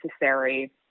necessary